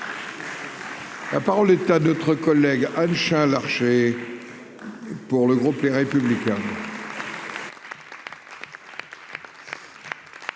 La parole est à notre collègue Anne Chain Larché pour le groupe Les Républicains.